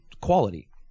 quality